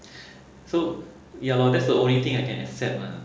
so ya lor that's the only thing I can accept lah